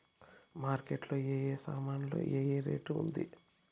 Market లో ఏ ఏ సామాన్లు ఏ ఏ రేటు ఉంది?